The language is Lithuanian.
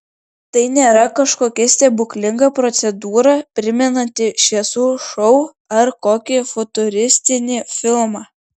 tai nėra kažkokia stebuklinga procedūra primenanti šviesų šou ar kokį futuristinį filmą